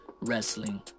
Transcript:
wrestling